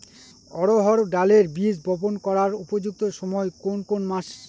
অড়হড় ডালের বীজ বপন করার উপযুক্ত সময় কোন কোন মাস?